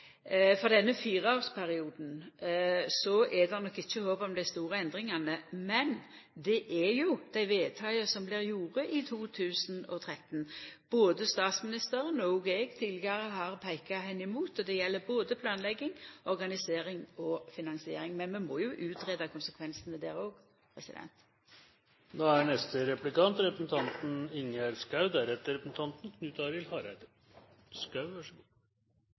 er det nok ikkje håp om dei store endringane, men dei vedtaka som blir gjorde i 2013, har både statsministeren og eg tidlegare peika mot – og det gjeld både planlegging, organisering og finansiering. Men vi må